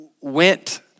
went